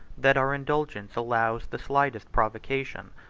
that our indulgence allows the slightest provocation,